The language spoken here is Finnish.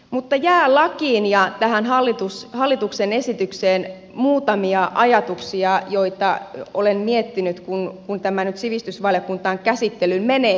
mutta jää lakiin ja tähän hallituksen esitykseen muutamia ajatuksia joita olen miettinyt ja joihin kannattaa huolella perehtyä kun tämä nyt sivistysvaliokuntaan käsittelyyn menee